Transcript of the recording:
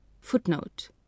Footnote